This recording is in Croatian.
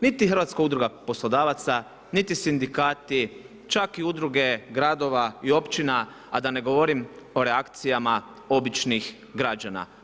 Niti Hrvatska udruga poslodavaca, niti sindikati, čak i udruge gradova i općina, a da ne govorim o reakcijama običnih građana.